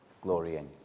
glorying